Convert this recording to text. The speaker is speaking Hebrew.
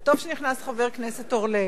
וטוב שנכנס חבר הכנסת אורלב.